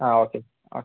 ആ okay okay sir